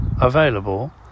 available